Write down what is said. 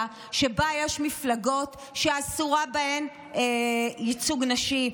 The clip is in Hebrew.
שבה יש מפלגות שאסור בהן ייצוג נשי,